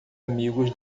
amigos